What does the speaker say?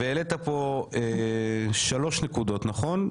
העלית כאן שלוש נקודות, נכון?